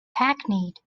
hackneyed